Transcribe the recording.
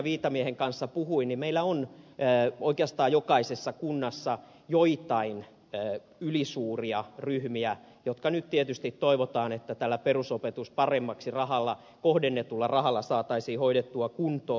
viitamiehen kanssa puhuin niin meillä on oikeastaan jokaisessa kunnassa joitain ylisuuria ryhmiä jotka nyt tietysti toivotaan että tällä perusopetus paremmaksi rahalla kohdennetulla rahalla saataisiin hoidettua kuntoon